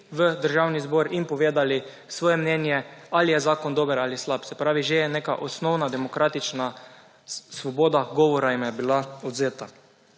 v Državni zbor in povedali svoje mnenje ali je zakon dober ali je slab, se pravi že je neka osnovna demokratična svoboda govora jim je bila odvzeta.